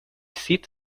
sieht